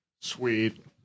Sweet